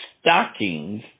stockings